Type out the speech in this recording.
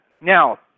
Now